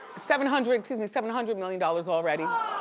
seven hundred, excuse me, seven hundred million dollars already. oh!